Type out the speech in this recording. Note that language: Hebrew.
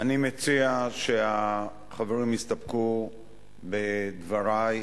אני מציע שהחברים יסתפקו בדברי.